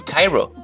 Cairo